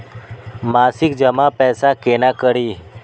मासिक जमा पैसा केना करी?